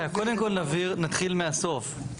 קודם כל נבהיר, נתחיל מהסוף.